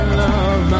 love